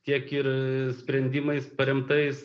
tiek ir sprendimais paremtais